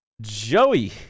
Joey